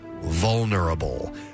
vulnerable